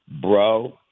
bro